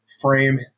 frame